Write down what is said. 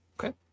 okay